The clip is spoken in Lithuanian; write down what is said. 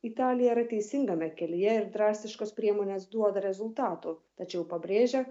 italija yra teisingame kelyje ir drastiškos priemonės duoda rezultatų tačiau pabrėžia